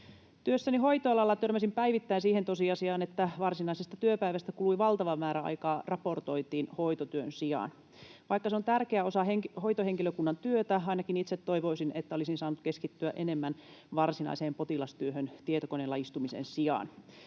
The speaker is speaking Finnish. Työssäni hoitoalalla törmäsin päivittäin siihen tosiasiaan, että varsinaisesta työpäivästä kului valtava määrä aikaa raportoitiin hoitotyön sijaan. Vaikka se on tärkeä osa hoitohenkilökunnan työtä, ainakin itse toivoisin, että olisin saanut keskittyä enemmän varsinaiseen potilastyöhön tietokoneella istumisen sijaan.